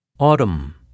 Autumn